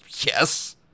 yes